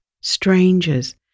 strangers